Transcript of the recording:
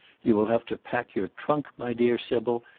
you will have to pack your trunk, my dear sybil,